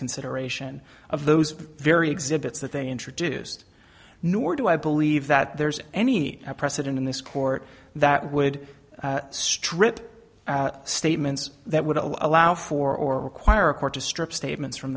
consideration of those very exhibits that they introduced nor do i believe that there's any precedent in this court that would strip statements that would allow for or require a court to strip statements from